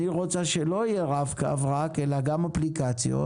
אני רוצה שלא יהיה רק רב-קו אלא גם אפליקציות,